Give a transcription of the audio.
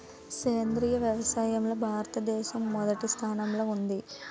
సేంద్రీయ వ్యవసాయంలో భారతదేశం మొదటి స్థానంలో ఉంది